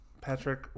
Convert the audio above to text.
Patrick